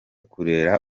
kurera